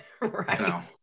Right